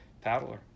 paddler